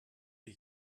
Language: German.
wir